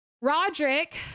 Roderick